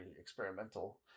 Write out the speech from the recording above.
experimental